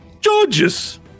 Georges